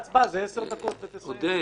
עודד,